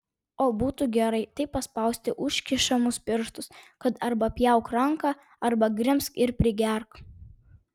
o būtų gerai taip paspausti užkišamus pirštus kad arba pjauk ranką arba grimzk ir prigerk